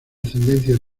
ascendencia